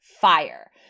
fire